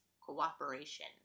cooperation